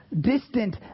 distant